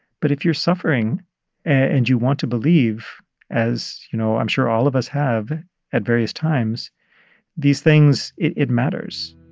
but if you're suffering and you want to believe as, you know, i'm sure all of us have at various times these things it it matters